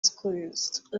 squeezed